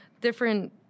different